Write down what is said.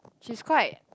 she's quite